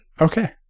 Okay